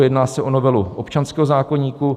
Jedná se o novelu občanského zákoníku.